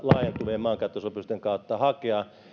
laajentuneiden maankäyttösopimusten kautta hakea